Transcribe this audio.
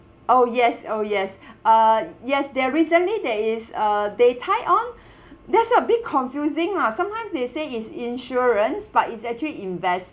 oh yes oh yes uh yes there recently there is uh they tie on that's a bit confusing lah sometimes they say is insurance but it's actually investment